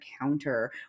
counter